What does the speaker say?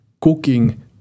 cooking